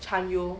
kan yu